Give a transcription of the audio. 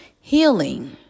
healing